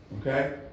okay